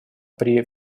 при